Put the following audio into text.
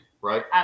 right